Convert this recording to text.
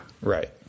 Right